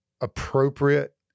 appropriate